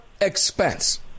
expense